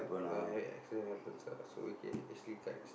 have accident happens what so you can actually cut